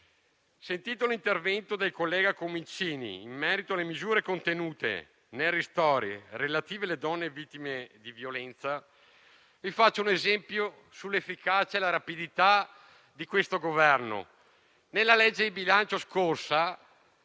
sentito l'intervento del collega Comincini in merito alle misure contenute nel decreto ristori relativamente alle donne vittime di violenza, vi faccio un esempio dell'efficacia e della rapidità di questo Governo. Nel corso dell'esame della scorsa